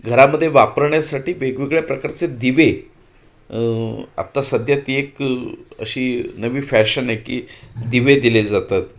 घरामध्ये वापरण्यासाठी वेगवेगळ्या प्रकारचे दिवे आत्ता सध्या ती एक अशी नवी फॅशन आहे की दिवे दिले जातात